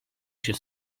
się